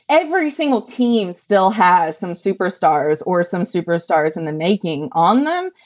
every single team still has some superstars or some superstars in the making on them,